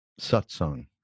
satsang